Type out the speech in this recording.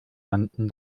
rannten